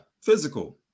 physical